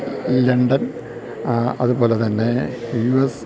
London അതുപോലെതന്നെ U S